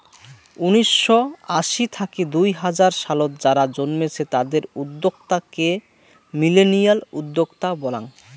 উনিসশো আশি থাকি দুই হাজার সালত যারা জন্মেছে তাদের উদ্যোক্তা কে মিলেনিয়াল উদ্যোক্তা বলাঙ্গ